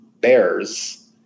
bears